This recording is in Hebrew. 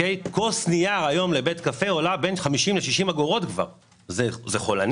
כוס נייר עולה היום 60 אגורות לבית